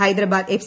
Hyderabad F